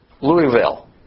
Louisville